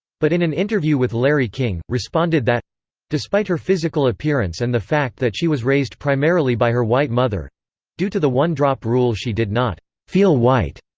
but in an interview with larry king, responded that despite her physical appearance and the fact that she was raised primarily by her white mother due to the one drop rule she did not feel white.